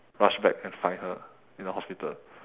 rush back and find her in the hospital